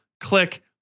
Click